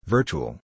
Virtual